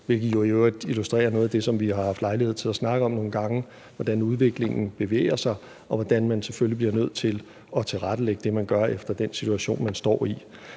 øvrigt illustrerer noget af det, som vi har haft lejlighed til at snakke om nogle gange, altså hvordan udviklingen bevæger sig, og hvordan man selvfølgelig bliver nødt til at tilrettelægge det, som man gør, efter den situation, som man står i.